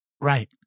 Right